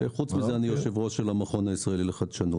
וחוץ מזה אני יושב ראש של המכון הישראלי לחדשנות.